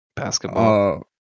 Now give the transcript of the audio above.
Basketball